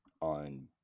on